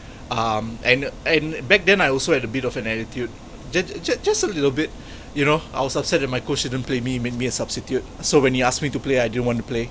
um and and back then I also had a bit of an attitude just just a little bit you know I was upset that my coach didn't play me made me a substitute so when he asked me to play I didn't want to play